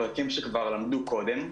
פרקים שכבר למדו קודם,